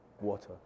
water